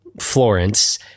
Florence